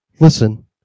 Listen